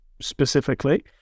specifically